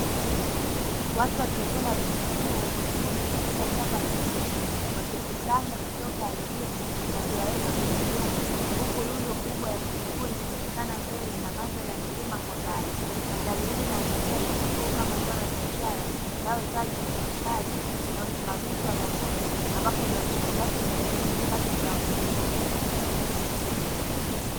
Watu wakivuna vitunguu vyekundu katika shamba la kilimo, wakivikusanya kutoka ardhini na kuviweka kwenye vyombo, huku rundo kubwa likionekana mbele na mandhari yenye milima kwa mbali. Mandhari hii inaangazia vitunguu kama zao la biashara linalohitaji nguvu kazi na usimamizi wa mavuno, ambapo uzalishaji wake huchangia kipato cha wakulima.